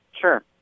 Sure